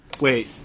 Wait